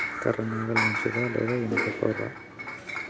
కర్ర నాగలి మంచిదా లేదా? ఇనుప గొర్ర?